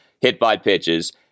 hit-by-pitches